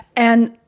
and,